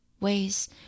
Ways